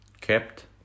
kept